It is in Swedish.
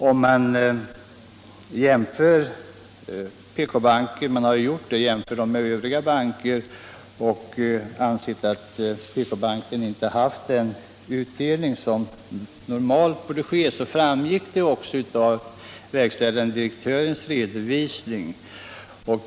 Om man jämför PK-banken med övriga banker — man har gjort det — finner man att PK-banken haft en utredning som borde vara normal. Detta framgick också av verkställande direktörens redovisning.